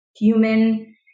human